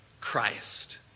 Christ